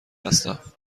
هستم